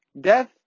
death